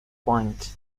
point